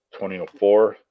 2004